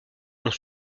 ont